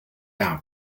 out